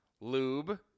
lube